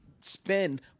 spend